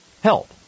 Help